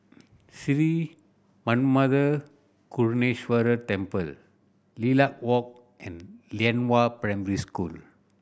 Sri Manmatha Karuneshvarar Temple Lilac Walk and Lianhua Primary School